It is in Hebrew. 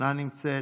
אינה נמצאת,